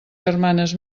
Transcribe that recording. germanes